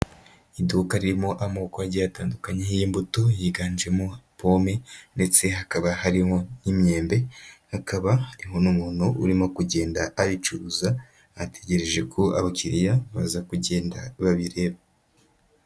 Iduka ririmo amoko agiye atandukanye y'imbuto, yiganjemo pome ndetse hakaba harimo n'imyembe, hakaba hariho n'umuntu urimo kugenda abicuruza, ategereje ko abakiriya baza kugenda babireba.